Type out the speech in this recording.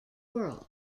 world